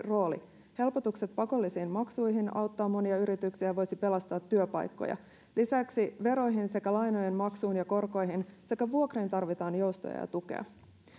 rooli helpotukset pakollisiin maksuihin auttavat monia yrityksiä ja voisivat pelastaa työpaikkoja lisäksi veroihin sekä lainojen maksuun ja korkoihin sekä vuokriin tarvitaan joustoja ja tukea